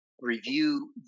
review